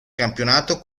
campionato